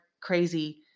crazy